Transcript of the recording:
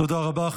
תודה רבה.